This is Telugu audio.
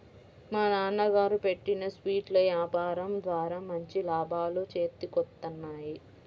మా నాన్నగారు పెట్టిన స్వీట్ల యాపారం ద్వారా మంచి లాభాలు చేతికొత్తన్నాయి